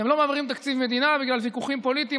אתם לא מעבירים תקציב מדינה בגלל ויכוחים פוליטיים,